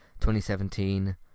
2017